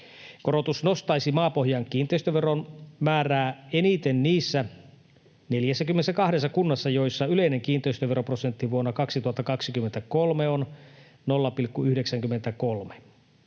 Korotus nostaisi maapohjan kiinteistöveron määrää eniten niissä 42 kunnassa, joissa yleinen kiinteistöveroprosentti vuonna 2023 on 0,93.